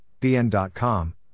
bn.com